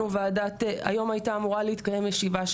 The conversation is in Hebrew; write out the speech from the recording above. היום היה אמורה להתקיים ישיבה,